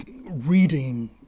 reading